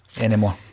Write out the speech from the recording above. anymore